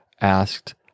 asked